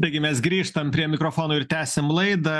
taigi mes grįžtam prie mikrofono ir tęsiam laidą